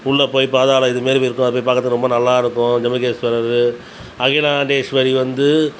உள்ளே போய் பாதாள இதுமாரி இருக்கும் அதை போய் பார்க்கறதுக்கு ரொம்ப நல்லா இருக்கும் ஜம்புகேஸ்வரர் அகிலாண்டேஸ்வரி வந்து